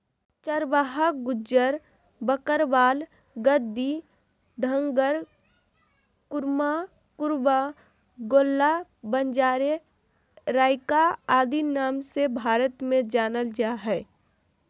चरवाहा गुज्जर, बकरवाल, गद्दी, धंगर, कुरुमा, कुरुबा, गोल्ला, बंजारे, राइका आदि नाम से भारत में जानल जा हइ